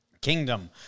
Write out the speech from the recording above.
Kingdom